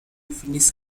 finnish